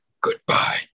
goodbye